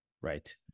Right